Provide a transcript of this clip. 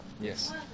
Yes